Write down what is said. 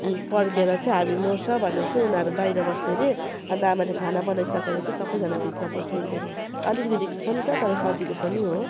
पड्केर चाहिँ हामी मर्छ भनेर चाहिँ उनीहरू बाहिर बस्थे हरे अन्त आमाले खाना बनाइसकेर चाहिँ सबैजना भित्र पस्नु हुन्थ्यो हरे अलिकति रिक्स पनि छ तर सजिलो पनि हो